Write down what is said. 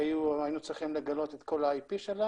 כי הם היו צריכים לגלות את כל ה-IP שלנו,